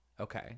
Okay